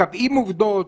קובעים עובדות,